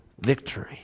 victory